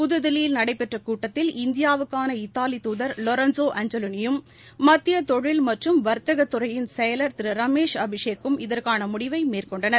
புதுதில்லியில் நடைபெற்ற கூட்டத்தில் இந்தியாவுக்கான இத்தாலி தூதர் வொரென்சோ ஆஞ்சலோனி யும் மத்திய தொழில் மற்றும் வர்த்தகத் துறையின் செயலர் திரு ரமேஷ் அபிஷேக்கும் இதற்கான முடிவை மேற்கொண்டனர்